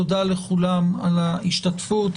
תודה לכולם על ההשתתפות.